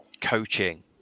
coaching